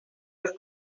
els